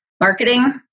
marketing